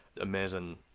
amazing